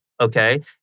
okay